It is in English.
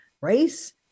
race